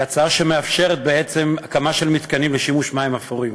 היא הצעה שמאפשרת בעצם הקמה של מתקנים לשימוש במים אפורים.